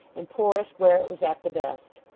and poorest where it was at the best.